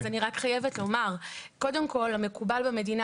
אני רק חייבת לומר קודם כול שמקובל במדינה